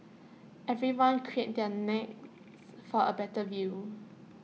everyone craned their necks for A better view